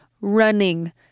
running